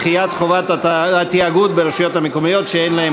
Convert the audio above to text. דחיית חובת התאגוד ברשויות המקומיות שאין להן